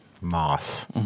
Moss